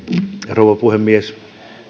rouva puhemies